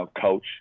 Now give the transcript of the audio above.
coach